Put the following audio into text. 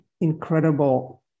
incredible